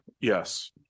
Yes